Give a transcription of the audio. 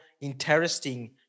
interesting